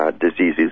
Diseases